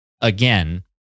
Again